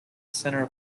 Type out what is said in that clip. center